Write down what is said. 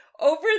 over